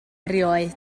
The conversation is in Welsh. erioed